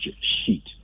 sheet